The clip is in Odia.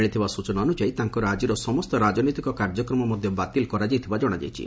ମିଳିଥିବା ସ୍ଚନା ଅନୁଯାୟୀ ତାଙ୍କର ଆକିର ସମସ୍ ରାକନେତିକ କାର୍ଯ୍ୟକ୍ରମ ମଧ୍ଧ ବାତିଲ କରାଯାଇଥିବା ଜଣାଯାଇଛି